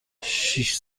شیش